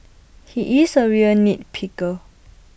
he is A real nit picker